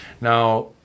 Now